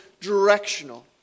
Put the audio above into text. directional